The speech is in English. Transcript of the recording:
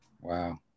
Wow